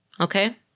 Okay